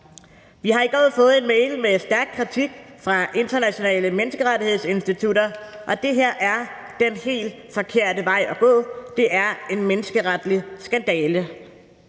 Vi har i går fået en mail med stærk kritik fra internationale menneskerettighedsinstitutter, og det her er den helt forkerte vej at gå, det er en menneskeretlig skandale.